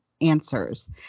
Answers